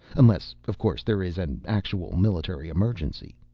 unless, of course, there is an actual military emergency.